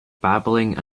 babbling